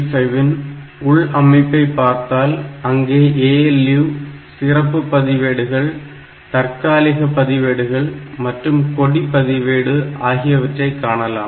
8085 இன் உள் அமைப்பை பார்த்தால் அங்கே ALU சிறப்பு பதிவேடுகள் தற்காலிக பதிவேடுகள் மற்றும் கொடி பதிவேடு ஆகியவற்றை காணலாம்